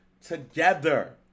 together